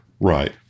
right